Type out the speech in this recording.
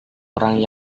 orang